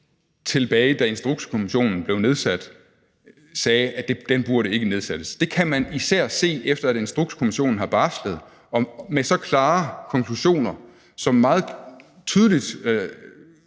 tilbage til, da Instrukskommissionen blev nedsat, sagde, at den ikke burde nedsættes. Det kan man især se, efter at Instrukskommissionen har barslet og med så klare konklusioner, som meget tydeligt